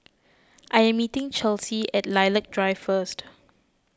I am meeting Chelsea at Lilac Drive first